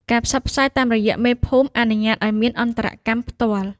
ការផ្សព្វផ្សាយតាមរយៈមេភូមិអនុញ្ញាតឱ្យមានអន្តរកម្មផ្ទាល់។